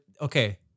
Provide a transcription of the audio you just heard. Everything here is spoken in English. okay